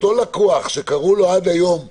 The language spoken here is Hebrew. אותו לקוח שקראו לו עד היום "X",